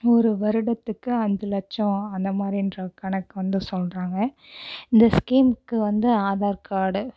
ஒரு வருடத்துக்கு அஞ்சு லட்சம் அந்தமாதிரின்ற கணக்கு வந்து சொல்லுறாங்க இந்த ஸ்கீம்க்கு வந்து ஆதார் கார்டு